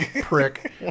prick